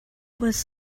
was